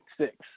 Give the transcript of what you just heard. six